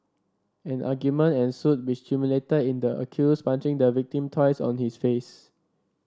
an argument ensued which culminated in the accused punching the victim twice on his face